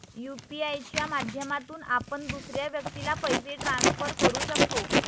UPI च्या माध्यमातून आपण दुसऱ्या व्यक्तीला पैसे ट्रान्सफर करू शकतो